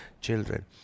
children